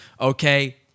Okay